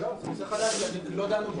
זה נושא חדש, כי לא דנו בו.